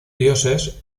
dioses